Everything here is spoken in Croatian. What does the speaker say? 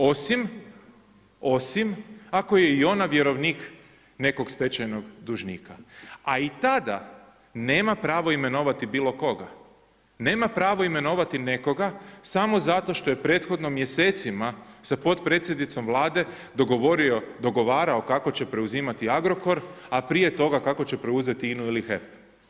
Osim ako je i ona vjerovnik nekog stečajnog dužnika, a i tada nema pravo imenovati bilo koga, nema pravo imenovati nekoga samo zato što je prethodno mjesecima sa potpredsjednicom Vlade dogovarao kako će preuzimati Agrokor, a prije toga kako će preuzeti INA-u ili HEP.